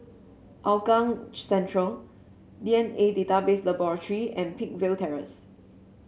Hougang Central D N A Database Laboratory and Peakville Terrace